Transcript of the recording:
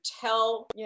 tell